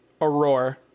Aurora